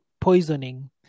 poisoning